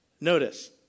Notice